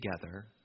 together